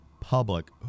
public